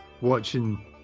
watching